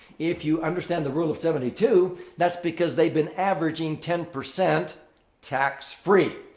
if you understand the rule of seventy two, that's because they've been averaging ten percent tax-free.